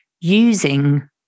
using